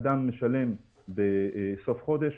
אדם משלם בסוף חודש